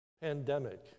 pandemic